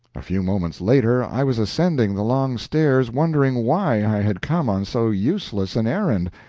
a few moments later i was ascending the long stairs, wondering why i had come on so useless an errand,